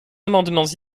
amendements